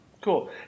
Cool